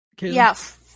Yes